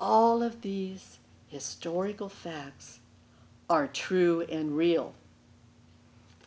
all of the historical fans are true and real